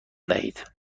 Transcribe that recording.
دهید